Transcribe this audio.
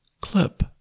clip